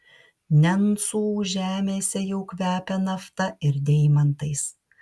nencų žemėse jau kvepia nafta ir deimantais